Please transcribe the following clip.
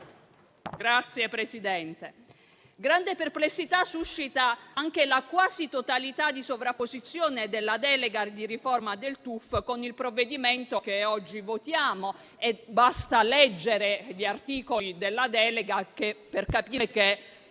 Grande perplessità suscita poi anche la quasi totalità di sovrapposizione della delega di riforma del testo unico della finanza (TUF) con il provvedimento che oggi votiamo. Basta leggere gli articoli della delega per capire che,